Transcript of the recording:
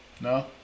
no